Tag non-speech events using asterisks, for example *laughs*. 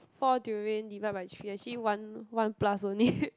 four durian divide by three actually one one plus only *laughs*